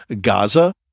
Gaza